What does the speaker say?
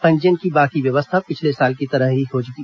पंजीयन की बाकी व्यवस्था पिछले साल की तरह ही होगी